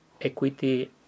Equity